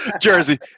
Jersey